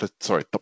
sorry